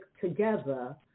together